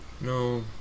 No